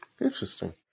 Interesting